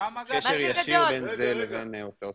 קשר ישיר בין זה לבין הוצאות קורונה.